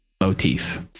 motif